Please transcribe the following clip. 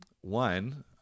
One